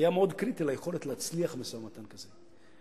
היה מאוד קריטי ליכולת להצליח במשא-ומתן כזה.